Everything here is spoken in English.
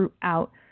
throughout